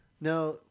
Now